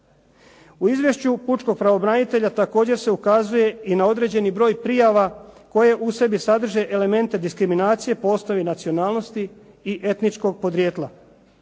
U Izvješću pučkog pravobranitelja također se ukazuje i na određeni broj prijava koje u sebi sadrže elemente diskriminacije po osnovi nacionalnosti i etničkog podrijetla.